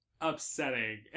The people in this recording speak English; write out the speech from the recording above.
upsetting